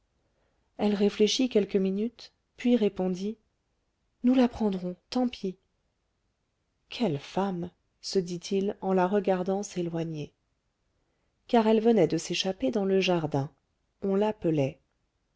elle réfléchit quelques minutes puis répondit nous la prendrons tant pis quelle femme se dit-il en la regardant s'éloigner car elle venait de s'échapper dans le jardin on l'appelait